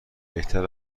بهتر